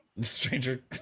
stranger